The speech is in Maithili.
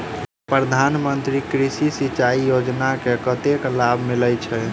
प्रधान मंत्री कृषि सिंचाई योजना मे कतेक लाभ मिलय छै?